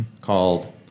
called